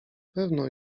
pewno